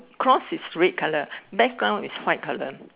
cross is red colour background is white colour